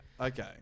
Okay